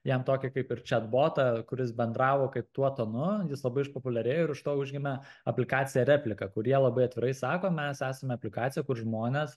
jam tokį kaip ir čiat botą kuris bendravo kaip tuo tonu jis labai išpopuliarėjo ir už to užgimė aplikacija replika kurie labai atvirai sako mes esam aplikacija kur žmonės